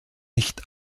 nicht